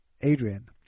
Adrian